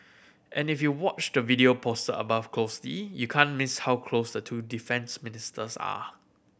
and if you watch the video post above closely you can't miss how close the two defence ministers are